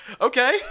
Okay